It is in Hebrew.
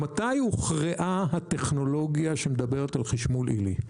מתי הוכרעה הטכנולוגיה שמדברת על חשמול עילי?